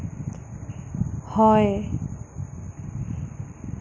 হয়